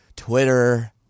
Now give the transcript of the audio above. Twitter